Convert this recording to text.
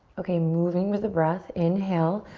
okay, moving with the breath. inhale,